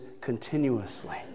continuously